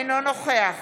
אינו נוכח